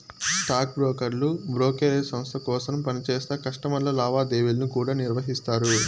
stock బ్రోకర్లు brokerage సంస్త కోసరం పనిచేస్తా కస్టమర్ల లావాదేవీలను కూడా నిర్వహిస్తారు